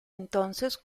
entonces